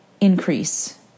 increase